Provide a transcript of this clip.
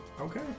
Okay